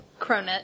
Cronut